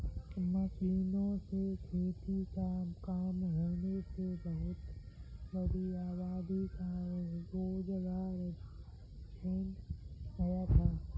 मशीनों से खेती का काम होने से बहुत बड़ी आबादी का रोजगार छिन गया है